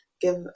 give